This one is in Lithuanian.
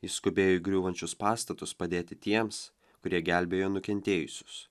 jis skubėjo į griūvančius pastatus padėti tiems kurie gelbėjo nukentėjusius